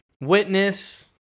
witness